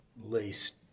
least